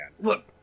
Look